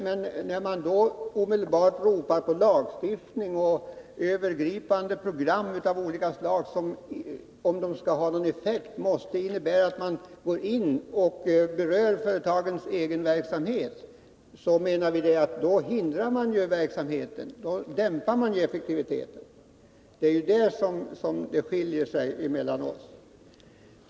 Men när man omedelbart ropar på lagstiftning och övergripande program av olika slag som, om de skall ha någon effekt, måste innebära att man går in och berör företagets egen verksamhet, så menar vi att man då hindrar verksamheten och dämpar effektiviteten. Det är ju i det avseendet som våra uppfattningar skiljer sig.